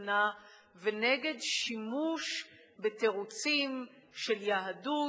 הקצנה ונגד שימוש בתירוצים של יהדות